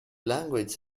language